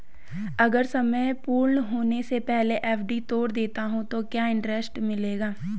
अगर समय पूर्ण होने से पहले एफ.डी तोड़ देता हूँ तो क्या इंट्रेस्ट मिलेगा?